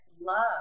love